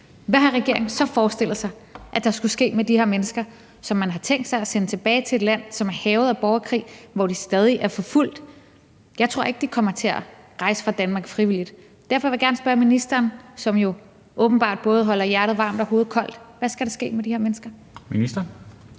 Hvad har regeringen så forestillet sig der skulle ske med de her mennesker, som man har tænkt sig at sende tilbage til et land, som er hærget af borgerkrig, og hvor de stadig er forfulgt? Jeg tror ikke, de kommer til at rejse fra Danmark frivilligt. Derfor vil jeg gerne spørge ministeren, som jo åbenbart både holder hjertet varmt og hovedet koldt: Hvad skal der ske med de her mennesker? Kl.